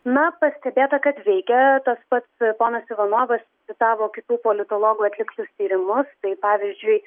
na pastebėta kad veikia tas pats ponas ivanovas citavo kitų politologų atliktus tyrimus tai pavyzdžiui